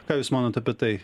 ką jūs manot apie tai